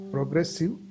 progressive